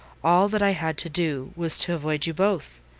all that i had to do, was to avoid you both.